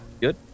good